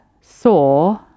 saw